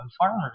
farmers